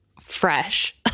fresh